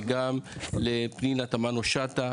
וגם לפנינה תמנו שטה,